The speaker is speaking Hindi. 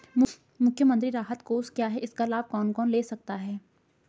मुख्यमंत्री राहत कोष क्या है इसका लाभ कौन कौन ले सकता है?